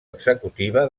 executiva